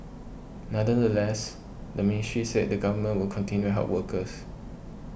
nonetheless the ministry said the Government will continue help workers